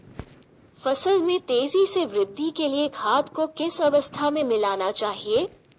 फसल में तेज़ी से वृद्धि के लिए खाद को किस अवस्था में मिलाना चाहिए?